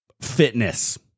fitness